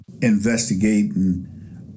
investigating